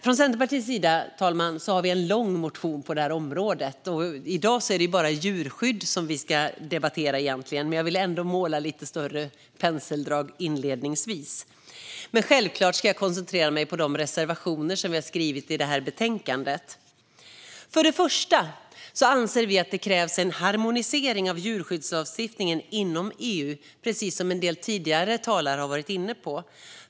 Från Centerpartiet har vi en lång motion på detta område. I dag ska vi egentligen bara debattera djurskydd. Men jag vill ändå inledningsvis måla med lite större penseldrag. Men självklart ska jag koncentrera mig på de re reservationer som vi har i detta betänkande. Först och främst anser vi att det krävs en harmonisering av djurskyddslagstiftningen inom EU, precis som en del tidigare talare har varit inne på.